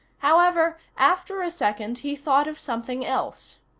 however, after a second he thought of something else.